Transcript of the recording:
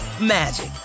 magic